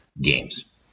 games